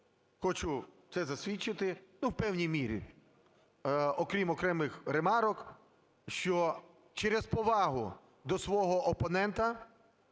хочу це засвідчити, ну в певній мірі, окрім окремих ремарок, що через повагу до свого опонента,